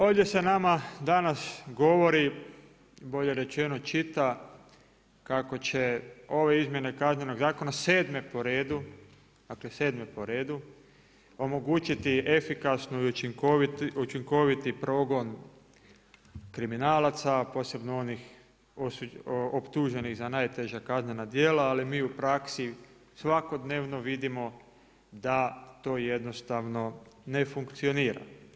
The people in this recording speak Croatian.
Ovdje se nama danas govori, bolje rečeno čita, kako će ove Izmjene kaznenog zakona 7. po redu, dakle 7. po redu omogućiti efikasni i učinkoviti progon kriminalaca, posebno onih optuženih za najteža kaznena djela ali mi u praksi svakodnevno vidimo da to jednostavno ne funkcionira.